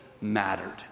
mattered